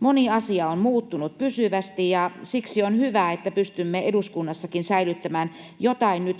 Moni asia on muuttunut pysyvästi, ja siksi on hyvä, että pystymme eduskunnassakin säilyttämään joitain nyt